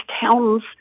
towns